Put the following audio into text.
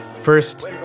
first